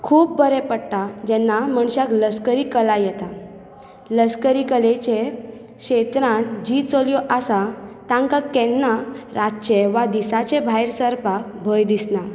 खूब बरें पडटा जेन्ना मनशाक लश्करी कला येता लस्करी कलेचें क्षेत्रान जीं चलयो आसा तांकां केन्ना रातचें वा दिसाचें भायर सरपाक भंय दिसना